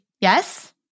Yes